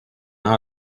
our